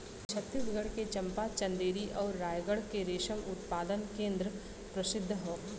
छतीसगढ़ के चंपा, चंदेरी आउर रायगढ़ के रेशम उत्पादन केंद्र प्रसिद्ध हौ